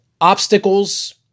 obstacles